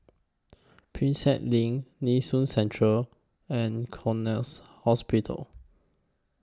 Prinsep LINK Nee Soon Central and Connexion Hospital